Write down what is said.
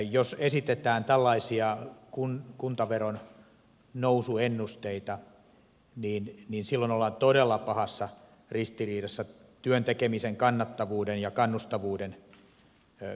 jos esitetään tällaisia kuntaveron nousuennusteita silloin ollaan todella pahassa ristiriidassa työn tekemisen kannattavuuden ja kannustavuuden kannalta